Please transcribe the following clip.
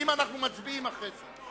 האם אנחנו מצביעים אחרי זה?